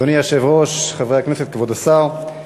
אדוני היושב-ראש, חברי הכנסת, כבוד השר,